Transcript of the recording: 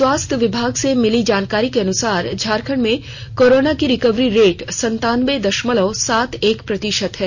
स्वास्थ्य विभाग से मिली जानकारी के अनुसार झारखंड में कोरोना की रिकवरी रेट सनतानंबे दशमलव सात एक प्रतिशत है